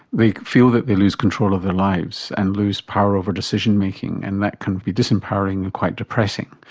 they feel that they lose control of their lives and lose power over decision-making and that can be disempowering and quite depressing.